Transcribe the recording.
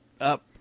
up